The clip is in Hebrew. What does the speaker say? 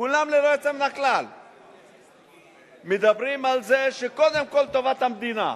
כולם ללא יוצא מן הכלל מדברים על זה שקודם כול טובת המדינה.